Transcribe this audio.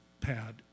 pad